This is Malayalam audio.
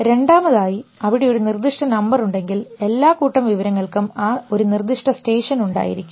രണ്ടാമതായി അവിടെ ഒരു നിർദ്ദിഷ്ട നമ്പർ ഉണ്ടെങ്കിൽ എല്ലാ കൂട്ടം വിവരങ്ങൾക്കും ഒരു നിർദിഷ്ട സ്റ്റേഷൻ ഉണ്ടായിരിക്കും